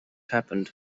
happened